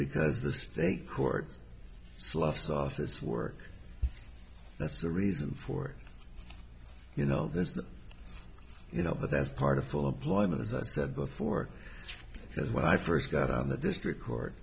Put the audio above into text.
because the state court sloughs office work that's the reason for it you know no there's you know but that's part of full employment as i said before because when i first got on the district court